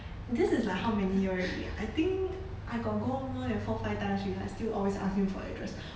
this is like how many year already ah I think I got go more than four five times already I still always ask him for address